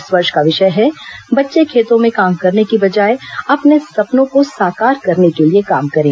इस वर्ष का विषय है बच्चे खेतों में काम करने की बजाय अपने सपनों को साकार करने के लिए काम करें